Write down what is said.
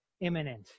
imminent